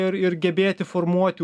ir ir gebėti formuoti